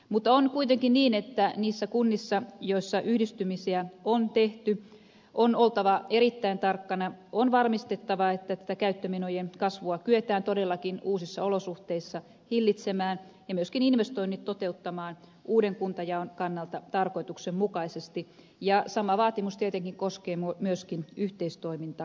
mutta on kuitenkin niin että niissä kunnissa joissa yhdistymisiä on tehty on oltava erittäin tarkkana on varmistettava että tätä käyttömenojen kasvua kyetään todellakin uusissa olosuhteissa hillitsemään ja myöskin investoinnit toteuttamaan uuden kuntajaon kannalta tarkoituksenmukaisesti ja sama vaatimus tietenkin koskee myöskin yhteistoiminta alueita